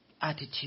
attitude